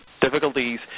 difficulties